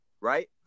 right